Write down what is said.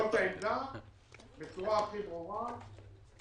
זו העמדה בצורה הכי ברורה,